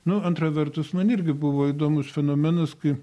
nu antra vertus man irgi buvo įdomus fenomenas kai